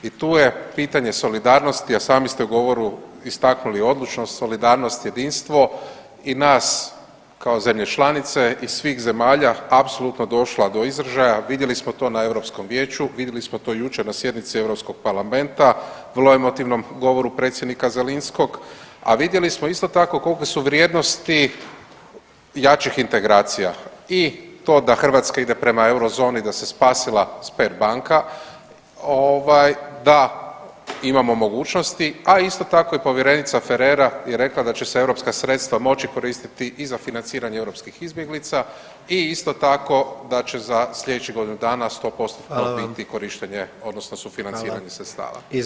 I tu je pitanje solidarnosti, a sami ste u govoru istaknuli odlučnost, solidarnost, jedinstvo i nas kao zemlje članice i svih zemalja, apsolutno došla do izražaja, vidjeli smo to na EU vijeću, vidjeli smo to jučer na sjednici EU parlamenta, vrlo emotivnom govoru predsjednika Zelinskog, a vidjeli smo isto tako, kolike su vrijednosti jačih integracija i to da Hrvatska ide prema Eurozoni, da se spasila Sberbanka, ovaj, da imamo mogućnosti, a isto tako i povjerenica Ferreiera je rekla da će se europska sredstva moći koristiti i za financiranje europskih izbjeglica i isto tako, da će za sljedećih godinu dana 100% to biti korištenje [[Upadica: Hvala.]] odnosno sufinanciranje sredstava.